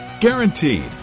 Guaranteed